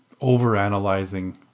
overanalyzing